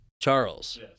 Charles